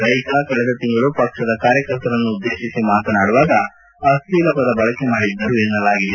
ರೈಕ ಕಳೆದ ತಿಂಗಳು ಪಕ್ಷದ ಕಾರ್ಯಕರ್ತರನ್ನು ಉದ್ದೇಶಿಸಿ ಮಾತನಾದುವಾಗ ಅಶ್ವೀಲ ಪದ ಬಳಕೆ ಮಾಡಿದ್ದರು ಎನ್ನಲಾಗಿದೆ